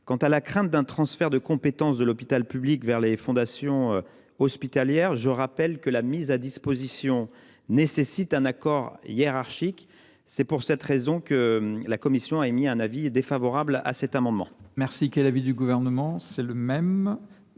Quant à la crainte d’un transfert de compétences de l’hôpital public vers les fondations hospitalières, je rappelle que la mise à disposition nécessite un accord hiérarchique. C’est la raison pour laquelle la commission émet un avis défavorable sur cet amendement.